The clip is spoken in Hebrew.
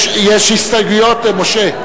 יש הסתייגויות, משה?